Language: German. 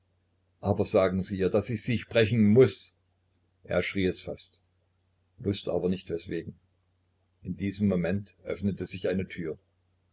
aber sagen sie ihr daß ich sie sprechen muß er schrie es fast wußte aber nicht weswegen in diesem momente öffnete sich eine tür